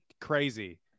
crazy